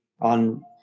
on